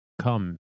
come